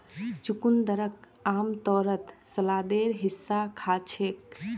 चुकंदरक आमतौरत सलादेर हिस्सा खा छेक